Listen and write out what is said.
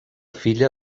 filla